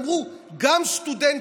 אמרו: גם סטודנטים,